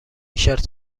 شرت